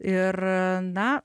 ir na